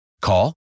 Call